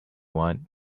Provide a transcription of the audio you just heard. want